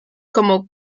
como